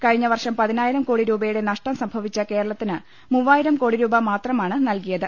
കഴിഞ്ഞ വർഷം പതിനായിരം കോട്ടിരൂപയുടെ നഷ്ടം സംഭവിച്ച കേരള ത്തിന് മൂവായിരം കോടി മാത്രമാണ് നൽകിയത്